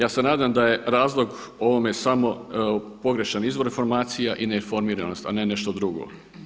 Ja se nadam da je razlog ovome samo pogrešan izvor informacija i ne informiranost, a ne nešto drugo.